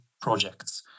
projects